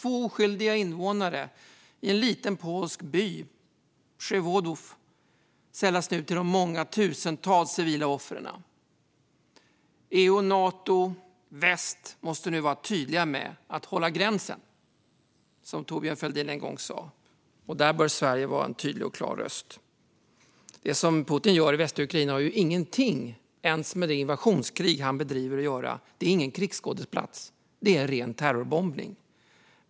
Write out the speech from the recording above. Två oskyldiga invånare i den lilla polska byn Przewodów sällas nu till de många tusentals civila offren. EU, Nato och väst måste nu vara tydliga med att hålla gränsen, som Thorbjörn Fälldin en gång sa, och där bör Sverige vara en tydlig och klar röst. Det Putin gör i västra Ukraina har över huvud taget ingenting att göra med det invasionskrig han bedriver. Det är ingen krigsskådeplats; det är ren terrorbombning.